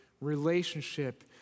relationship